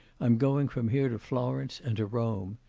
i'm going from here to florence, and to rome.